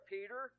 Peter